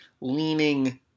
leaning